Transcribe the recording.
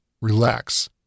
relax